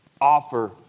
offer